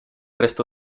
resto